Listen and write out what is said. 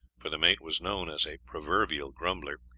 for the mate was known as a proverbial grumbler.